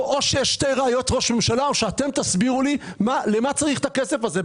או שיש שתי רעיות ראש ממשלה או שאתם תסבירו לי למה צריך את הכסף הזה.